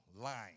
lying